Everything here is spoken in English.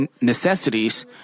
necessities